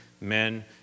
men